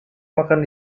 makan